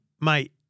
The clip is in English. mate